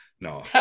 No